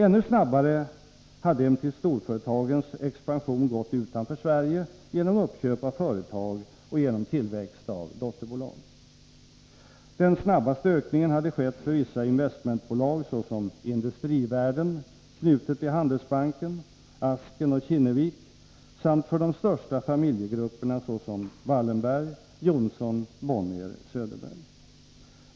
Ännu snabbare hade emellertid storföretagens expansion gått utanför Sverige genom uppköp av företag och genom tillväxt av dotterbolag. Den snabbaste ökningen hade skett för vissa investmentbolag såsom Industrivärden, som är knutet till Handelsbanken, Asken och Kinnevik samt för de största familjegrupperna, såsom Wallenberg, Johnson, Bonnier och Söderberg.